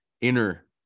inner